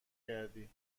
کردی